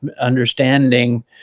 understanding